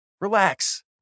Relax